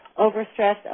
overstressed